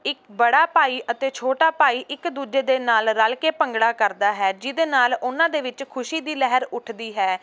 ਇੱਕ ਬੜਾ ਭਾਈ ਅਤੇ ਛੋਟਾ ਭਾਈ ਇੱਕ ਦੂਜੇ ਦੇ ਨਾਲ ਰਲ ਕੇ ਭੰਗੜਾ ਕਰਦਾ ਹੈ ਜਿਹਦੇ ਨਾਲ ਉਹਨਾਂ ਦੇ ਵਿੱਚ ਖੁਸ਼ੀ ਦੀ ਲਹਿਰ ਉੱਠਦੀ ਹੈ ਅਤੇ ਉਹਨਾਂ ਦੇ ਆਪਸੀ ਤਾਲਮੇਲ ਬਹੁਤ ਚੰਗੇ ਹੁੰਦੇ